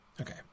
Okay